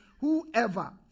whoever